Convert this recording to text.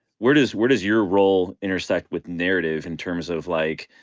where does where does your role intersect with narrative in terms of like,